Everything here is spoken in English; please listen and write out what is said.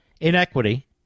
inequity